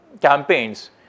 campaigns